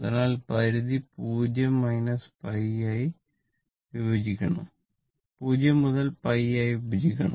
അതിനാൽ പരിധി 0 π ആയി വിഭജിക്കണം